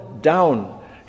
down